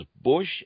bush